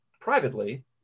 privately